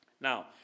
Now